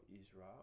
Israel